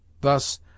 Thus